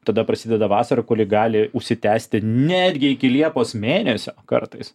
tada prasideda vasara kuri gali užsitęsti netgi iki liepos mėnesio kartais